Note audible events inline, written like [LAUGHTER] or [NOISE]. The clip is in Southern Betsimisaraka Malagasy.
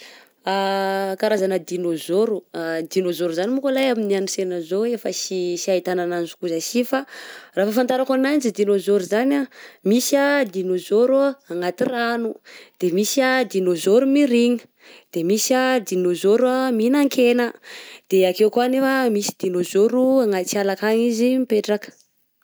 [HESITATION] Karazana Dinaozôro, [HESITATION] dinaozôro, zany manko a lay amin'ny androsela zao efa sy- sy ahitagna agnazy koa za si, fa ra fahafantarako agnanjy de dinaozôro izany; misy dinaozôro agnaty rano, de misy a dinaozorô mirigna, de misy a dinaozôro mihinan-kena de ake koa nefa misy dinaozôro anaty ala ankagny izy mipetraka.